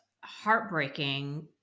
heartbreaking